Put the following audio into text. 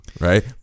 Right